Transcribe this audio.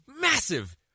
massive